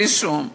בלי שום דבר.